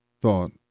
thought